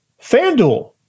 FanDuel